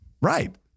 Right